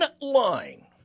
line